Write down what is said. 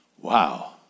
Wow